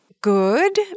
good